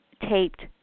taped